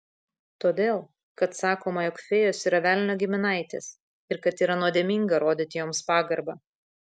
todėl kad sakoma jog fėjos yra velnio giminaitės ir kad yra nuodėminga rodyti joms pagarbą